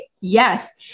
Yes